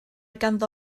ganddo